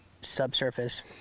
subsurface